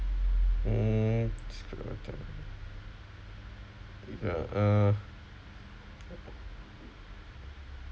mm uh